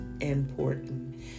important